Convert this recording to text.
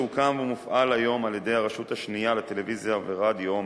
שהוקם ומופעל היום על-ידי הרשות השנייה לטלוויזיה ורדיו,